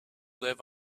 live